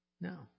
No